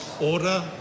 Order